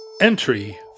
Entry